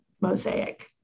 mosaic